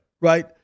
Right